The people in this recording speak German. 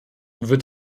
wird